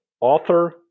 author